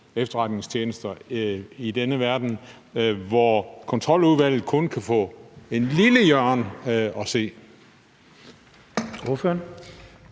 efterretningstjenester i denne verden, hvor Kontroludvalget kun kan få et lille hjørne at se.